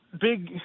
big